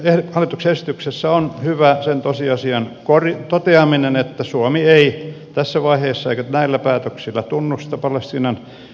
tässä hallituksen esityksessä on hyvää sen tosiasian toteaminen että suomi ei tässä vaiheessa eikä näillä päätöksillä tunnusta palestiinan valtiota